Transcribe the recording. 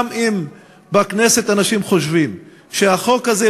גם אם בכנסת אנשים חושבים שהחוק הזה,